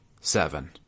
seven